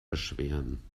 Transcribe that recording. beschweren